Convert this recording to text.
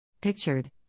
Pictured